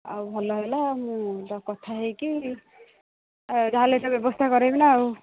ଆଉ ଭଲ ହେଲା ମୁଁ କଥା ହୋଇକି ଅ ଯାହା ହେଲେ ସେ ବ୍ୟବସ୍ଥା କରେଇବି ନା ଆଉ